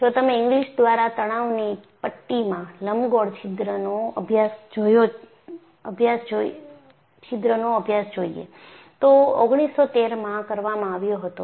જો તમે ઇંગ્લિસ દ્વારા તણાવની પટ્ટીમાં લંબગોળ છિદ્રોનો અભ્યાસ જોઈએ તો તે 1913 માં કરવામાં આવ્યો હતો